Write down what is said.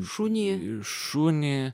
šunį šunį